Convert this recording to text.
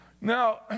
Now